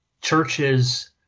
churches